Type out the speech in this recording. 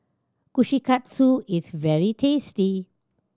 kushikatsu is very tasty